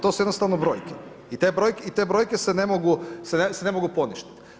To su jednostavno brojke i te brojke se ne mogu poništiti.